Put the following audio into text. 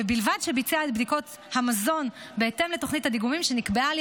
ובלבד שביצע את בדיקות במזון בהתאם לתוכנית הדיגומים שנקבעה על